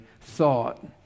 thought